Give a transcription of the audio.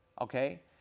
okay